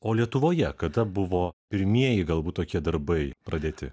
o lietuvoje kada buvo pirmieji galbūt tokie darbai pradėti